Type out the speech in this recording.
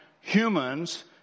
humans